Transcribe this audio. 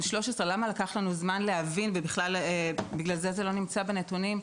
למה לקח לנו זמן להבין את המקרה ובגלל זה זה לא מופיע בנתונים?